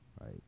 right